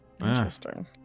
interesting